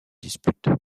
dispute